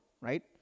right